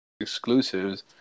exclusives